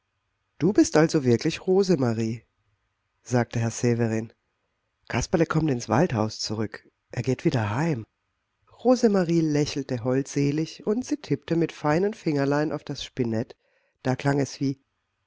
du bist also wirklich rosemarie sagte herr severin kasperle kommt ins waldhaus zurück er geht wieder heim rosemarie lächelte holdselig und sie tippte mit feinem fingerlein auf das spinett da klang es wie